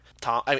Tom